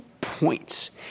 points